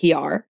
PR